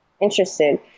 interested